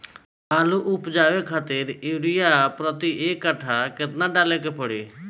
आलू उपजावे खातिर यूरिया प्रति एक कट्ठा केतना डाले के पड़ी?